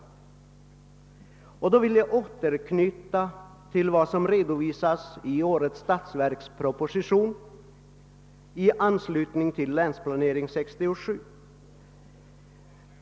Jag vill hänvisa till vad som redovisas i årets statsverksproposition i anslutning till länsplan 67.